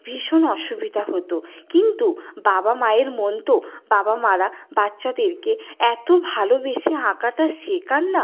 ভীষণ অসুবিধা হতো কিন্তু বাবা মায়ের মন তো বাবা মারা বাচ্চাদেরকে এত ভালোবেসে আঁকাটা শেখান না